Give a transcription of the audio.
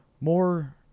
more